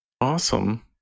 Awesome